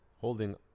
holding